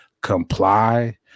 comply